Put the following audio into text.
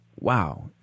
wow